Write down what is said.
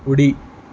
उडी